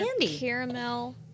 Caramel